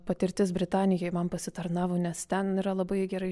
patirtis britanijoj man pasitarnavo nes ten yra labai gerai